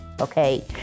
okay